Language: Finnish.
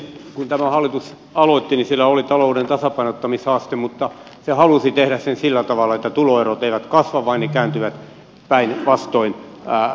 kun tämä hallitus aloitti sillä oli talouden tasapainottamishaaste mutta se halusi tehdä sen sillä tavalla että tuloerot eivät kasva vaan ne kääntyvät päinvastoin laskuun